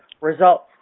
results